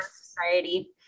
Society